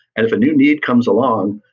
and if a new need comes along,